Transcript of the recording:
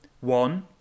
One